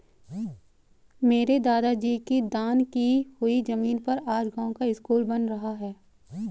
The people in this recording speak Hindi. मेरे दादाजी की दान की हुई जमीन पर आज गांव का स्कूल बन रहा है